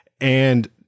and-